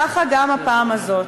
ככה גם הפעם הזאת,